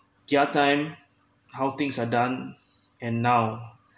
their time how things are done and now